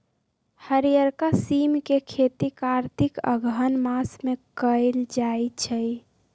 हरियरका सिम के खेती कार्तिक अगहन मास में कएल जाइ छइ